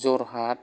जरहात